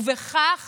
ובכך